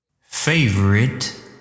Favorite